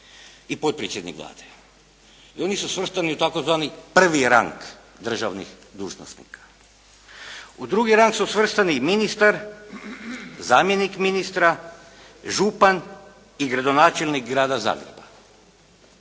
i potredsjednik Vlade. I oni su svrstani u tzv. prvi rang državnih dužnosnika. U drugi rang su svrstani ministar, zamjenik ministra, župan i gradonačelnik grada Zagreba.